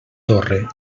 torre